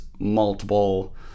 Multiple